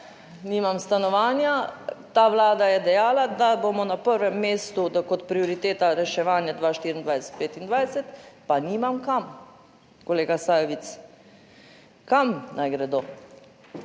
nimam stanovanja. Ta Vlada je dejala, da bomo na prvem mestu, da kot prioriteta reševanja 2024-2025, pa nimam kam. Kolega Sajovic, kam naj gredo?